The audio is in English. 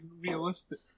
realistic